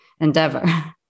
endeavor